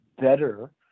better